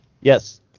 Yes